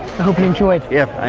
hope you enjoyed. yeah,